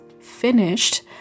finished